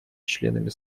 членами